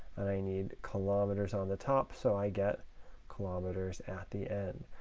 and i need kilometers on the top, so i get kilometers at the end.